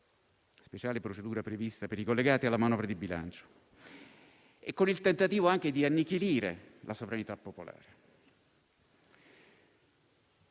speciale procedura prevista per i collegati alla manovra di bilancio, e con il tentativo anche di annichilire la sovranità popolare.